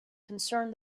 concerned